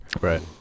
Right